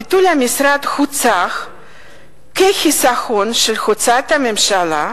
ביטול המשרד הוצג כחיסכון של הוצאות הממשלה,